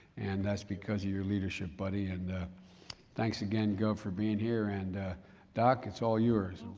and that's because of your leadership, buddy, and thanks again gov for being here. and doc, it's all yours.